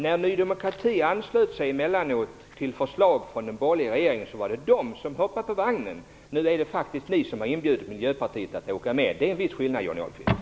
När Ny demokrati emellanåt anslöt sig till förslag från den borgerliga regeringen var det Ny demokrati som hoppade på vagnen. Nu är det faktiskt ni socialdemokrater som har inbjudit Miljöpartiet att åka med. Det är en viss skillnad, Johnny Ahlqvist!